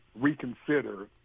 reconsider